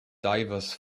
divers